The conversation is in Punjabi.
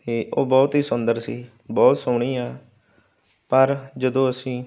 ਅਤੇ ਉਹ ਬਹੁਤ ਹੀ ਸੁੰਦਰ ਸੀ ਬਹੁਤ ਸੋਹਣੀ ਆ ਪਰ ਜਦੋਂ ਅਸੀਂ